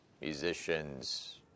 musicians